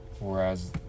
whereas